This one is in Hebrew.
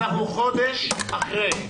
אנחנו חודש אחרי.